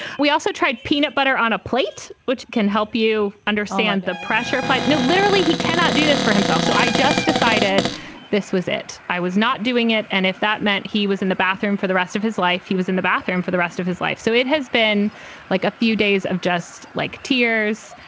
we also tried peanut butter on a plate, which can help you understand the pressure plate. no. literally, he cannot do this for himself so i just decided this was it. i was not doing it. and if that meant he was in the bathroom for the rest of his life, he was in the bathroom for the rest of his life. so it has been like a few days of just like tears.